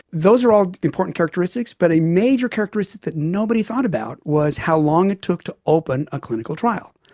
those are all important characteristics. but a major characteristic that nobody thought about was how long it took to open a clinical trial.